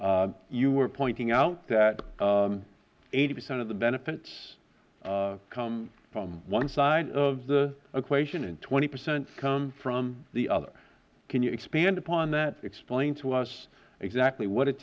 you were pointing out eighty percent of the benefits come from one side of the equation and twenty percent come from the other can you expand upon that explain to us exactly what it